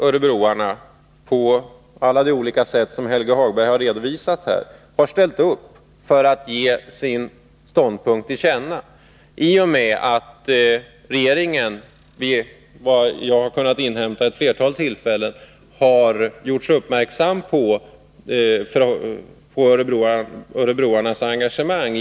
Örebroarna har, på alla de sätt som Helge Hagberg har visat, givit sin ståndpunkt till känna, och regeringen har — vid ett flertal tillfällen, — genom uppvaktningar gjorts uppmärksam på örebroarnas engagemang.